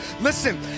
listen